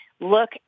look